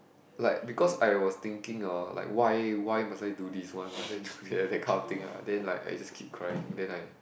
like because I was thinking hor like why why must I do this why must I do that that kind of thing ah then like I just keep crying then I